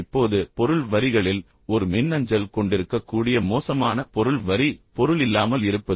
இப்போது பொருள் வரிகளில் ஒரு மின்னஞ்சல் கொண்டிருக்கக்கூடிய மோசமான பொருள் வரி பொருள் இல்லாமல் இருப்பது